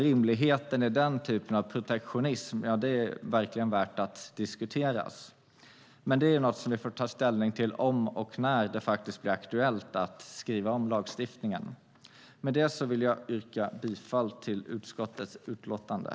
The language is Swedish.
Rimligheten i den typen av protektionism är verkligen värd att diskutera. Det är något som vi får ta ställning till om och när det faktiskt blir aktuellt att skriva om lagstiftningen. Jag yrkar bifall till utskottets förslag i utlåtandet.